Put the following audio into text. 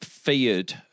feared